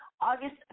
August